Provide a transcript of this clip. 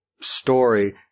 story